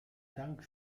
dank